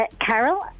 Carol